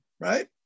right